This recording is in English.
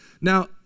Now